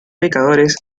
pecadores